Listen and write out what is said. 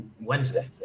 Wednesday